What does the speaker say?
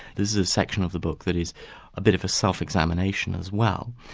this is a section of the book that is a bit of a self-examination as well.